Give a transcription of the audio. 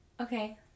okay